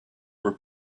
were